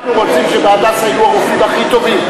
אנחנו רוצים שב"הדסה" יהיו הרופאים הכי טובים